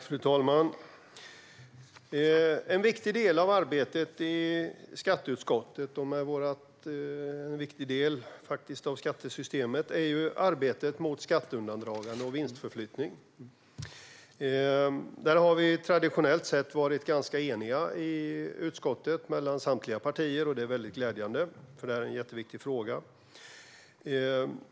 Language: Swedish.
Fru talman! En viktig del av arbetet i skatteutskottet och en viktig del av skattesystemet är arbetet mot skatteundandragande och vinstförflyttning. Där har samtliga partier i utskottet traditionellt sett varit ganska eniga. Det är väldigt glädjande, för det är en jätteviktig fråga.